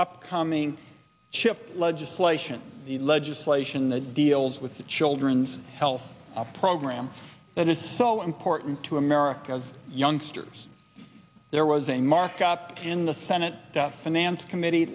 upcoming schip legislation the legislation that deals with the children's health program that is so important to america's youngsters there was a marked up in the senate finance committee